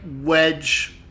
wedge